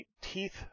Teeth